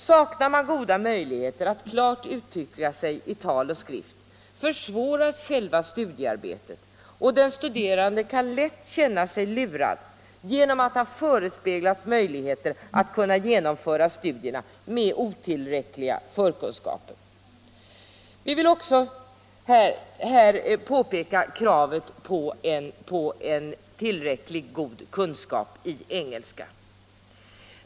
Saknar man förmåga att klart uttrycka sig i tal och skrift, försvåras själva studiearbetet, och den studerande kan lätt känna sig lurad genom att ha förespeglats möjligheter att genomföra studierna med otillräckliga förkunskaper. Vi vill också här peka på kravet på en tillräckligt god kunskap i engelska.